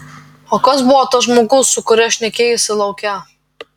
o kas buvo tas žmogus su kuriuo šnekėjaisi lauke